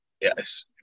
yes